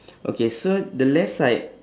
okay so the left side